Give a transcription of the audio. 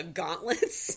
gauntlets